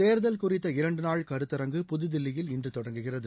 தேர்தல் குறித்த இரண்டு நாள் கருத்தரங்கு புதுதில்லியில் இன்று தொடங்குகிறது